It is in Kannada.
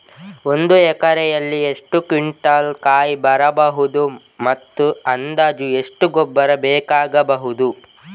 ಒಂದು ಎಕರೆಯಲ್ಲಿ ಎಷ್ಟು ಕ್ವಿಂಟಾಲ್ ಕಾಯಿ ಬರಬಹುದು ಮತ್ತು ಅಂದಾಜು ಎಷ್ಟು ಗೊಬ್ಬರ ಬೇಕಾಗಬಹುದು?